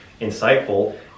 insightful